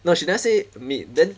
she never say meet then